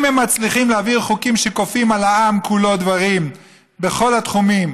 אם הם מצליחים להעביר חוקים שכופים על העם כולו דברים בכל התחומים,